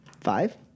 five